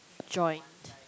joint